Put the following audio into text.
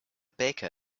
baker